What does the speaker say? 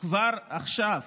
כבר עכשיו?